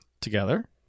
together